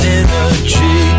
energy